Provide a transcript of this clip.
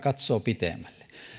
katsoo pidemmälle